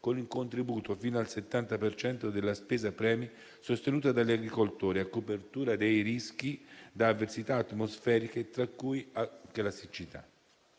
con un contributo fino al 70 per cento della spesa premi, sostenuto dagli agricoltori, a copertura dei rischi da avversità atmosferiche, tra cui anche la siccità.